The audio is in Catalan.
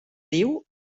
diu